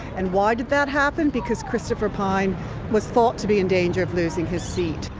and why did that happen? because christopher pyne was thought to be in danger of losing his seat.